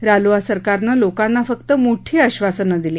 रालोआ सरकारनं लोकांना फक्त मोठी आश्वासनं दिली